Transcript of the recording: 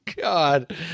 God